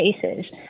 cases